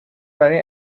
برای